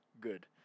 good